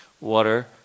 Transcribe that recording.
water